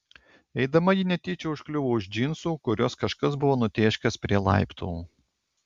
eidama ji netyčia užkliuvo už džinsų kuriuos kažkas buvo nutėškęs prie laiptų